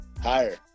Higher